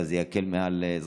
אבל זה יקל על אזרחים.